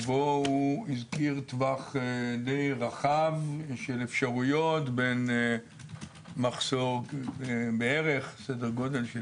ובו הוא הזכיר טווח די רחב של אפשרויות בין מחסור בערך בסדר גודל של